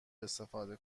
استفاده